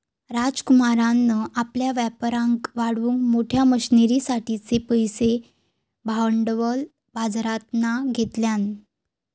राजकुमारान आपल्या व्यापाराक वाढवूक मोठ्या मशनरींसाठिचे पैशे भांडवल बाजरातना घेतल्यान